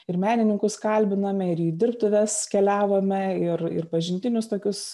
ir menininkus kalbinome ir į dirbtuves keliavome ir ir pažintinius tokius